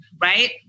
right